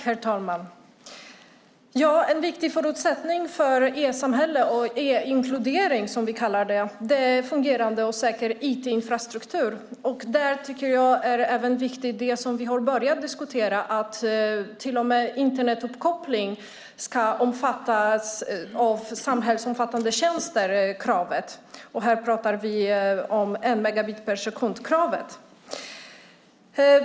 Herr talman! En viktig förutsättning för e-samhälle och e-inkludering, som vi kallar det, är fungerande och säker IT-infrastruktur. Där tycker jag att även det som vi har börjat diskutera är viktigt, nämligen att också Internetuppkoppling ska omfattas av kraven på samhällsomfattande tjänster. Här pratar vi om kravet på en megabit per sekund.